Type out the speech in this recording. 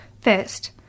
First